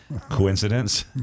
Coincidence